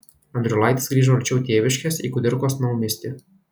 andriulaitis grįžo arčiau tėviškės į kudirkos naumiestį